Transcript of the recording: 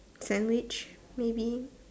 sandwich maybe